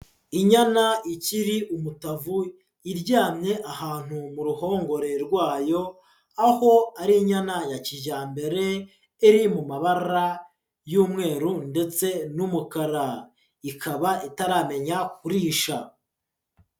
Inyana ikiri umutavu iryamye ahantu mu ruhongore rwayo, aho ari inyana ya kijyambere iri mu mabara y'umweru ndetse n'umukara, ikaba itaramenya kurisha.